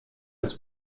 als